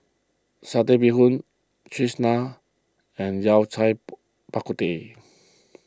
Satay Bee Hoon Cheese Naan and Yao Cai Bak Kut Teh